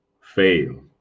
fail